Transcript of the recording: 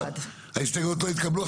ההסתייגויות לא התקבלו.